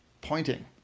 pointing